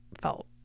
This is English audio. felt